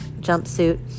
jumpsuit